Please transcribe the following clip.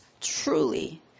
truly